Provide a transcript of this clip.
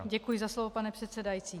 Děkuji za slovo, pane předsedající.